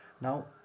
Now